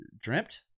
dreamt